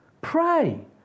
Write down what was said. pray